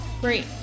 Great